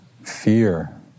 fear